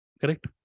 correct